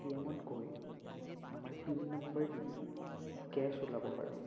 এ টি এমত গৈ আমাৰ পিন নাম্বাৰ দি কেছ ওলাব পাৰোঁ